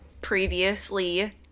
previously